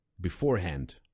beforehand